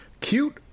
Cute